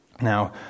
Now